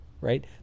Right